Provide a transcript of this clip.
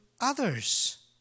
others